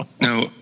now